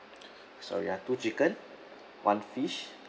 so ya two chicken one fish